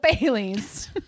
Baileys